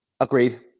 Agreed